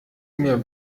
mir